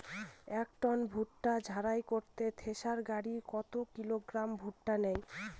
এক টন ভুট্টা ঝাড়াই করতে থেসার গাড়ী কত কিলোগ্রাম ভুট্টা নেয়?